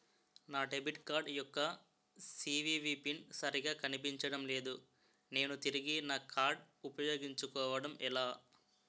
నా debit card యెక్క CVV PIN సరిగా కనిపించడం లేదు నేను తిరిగి నా కార్డ్ఉ పయోగించుకోవడం ఎలా?